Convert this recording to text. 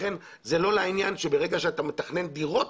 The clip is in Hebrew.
לכן זה לא לעניין שברגע שאתה מתכנן דירות,